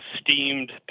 steamed